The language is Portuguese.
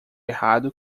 errado